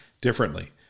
differently